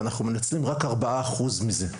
ואנחנו מנצלים רק 4% מזה,